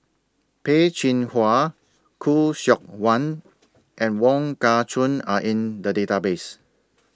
Peh Chin Hua Khoo Seok Wan and Wong Kah Chun Are in The Database